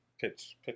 pitch